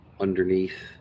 underneath